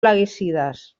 plaguicides